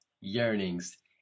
Yearnings